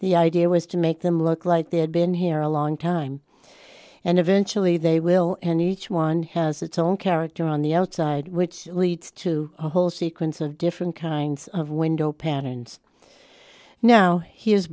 the idea was to make them look like they had been here a long time and eventually they will and each one has its own character on the outside which leads to a whole sequence of different kinds of window patterns now here's